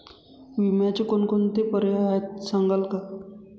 विम्याचे कोणकोणते पर्याय आहेत सांगाल का?